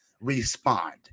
respond